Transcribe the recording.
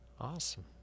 Awesome